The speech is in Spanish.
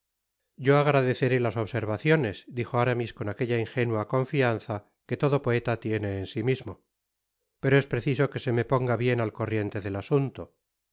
yo agradeceré las observaciones dijo aramis con aquella ingénua confianza que todo poeta tiene en si mismo pero es preciso que se me ponga bien al corriente del asunto